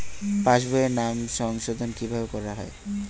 পাশ বইয়ে নাম সংশোধন কিভাবে করা হয়?